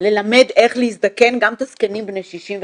ללמד איך להזדקן גם את הזקנים בני 65,